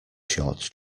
short